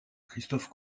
christophe